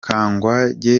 kangwagye